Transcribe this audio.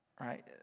Right